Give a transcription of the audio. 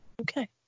okay